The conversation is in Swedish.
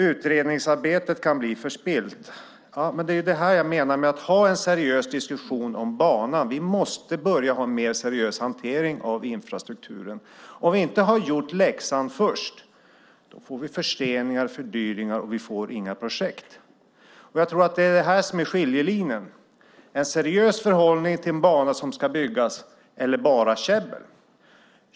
Utredningsarbetet kan bli förspillt: Ja, det jag menar med talet om att ha en seriös diskussion om banan är att vi måste börja ha en mer seriös hantering av infrastrukturen. Om vi inte först gjort läxan får vi förseningar och fördyringar, och det blir inga projekt. Jag tror att det är här skiljelinjen går, alltså mellan ett seriöst förhållningssätt till en bana som ska byggas eller bara käbbel.